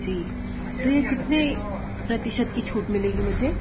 जी तो ये कितने प्रतिशत की छूट मिलेगी मुझे